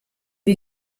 wir